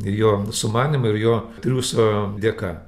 ir jo sumanymų ir jo triūso dėka